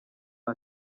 ari